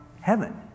heaven